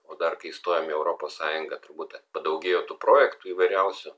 o dar kai įstojom į europos sąjungą turbūt padaugėjo tų projektų įvairiausių